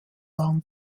waren